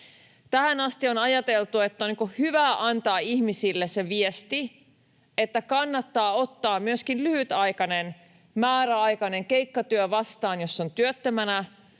Tähän asti on ajateltu, että on hyvä antaa ihmisille se viesti, että kannattaa ottaa myöskin lyhytaikainen määräaikainen keikkatyö vastaan, jos on työttömänä,